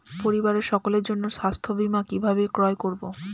পরিবারের সকলের জন্য স্বাস্থ্য বীমা কিভাবে ক্রয় করব?